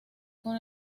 con